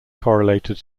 correlated